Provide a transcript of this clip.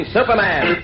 Superman